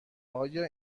آیا